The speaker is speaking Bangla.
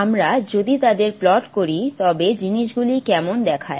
আমরা যদি তাদের প্লট করি তবে এই জিনিসগুলি কেমন দেখায়